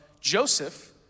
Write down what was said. Joseph